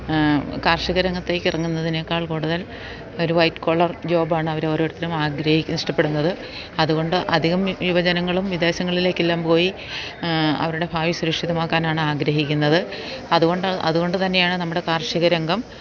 കാർഷിക രംഗത്തേക്കിറങ്ങുന്നതിനേക്കാൾ കൂടുതൽ ഒരു വൈറ്റ് കോളർ ജോബാണവരോരോരുത്തരും ഇഷ്ടപ്പെടുന്നത് അതുകൊണ്ട് അധികം യുവജനങ്ങളും വിദേശങ്ങളിലേക്കെല്ലാം പോയി അവരുടെ ഭാവി സുരക്ഷിതമാക്കാനാണാഗ്രഹിക്കുന്നത് അതുകൊണ്ട് തന്നെയാണു നമ്മുടെ കാർഷികരംഗം